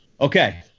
Okay